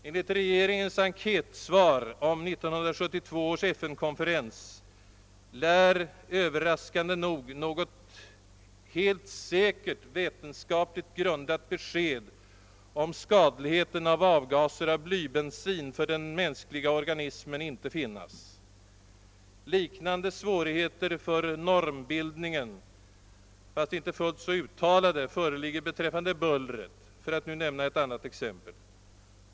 Enligt regeringens enkätsvar om 1972 års FN-konferens lär överraskande nog något helt säkert vetenskapligt grundat besked om skadligheten av avgaser av blybensin för den mänskliga organismen inte finnas. Liknande svårigheter för normbildningen — ehuru inte fullt lika uttalade — föreligger beträffande bullret, för att nu nämna ett annat exempel.